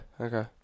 Okay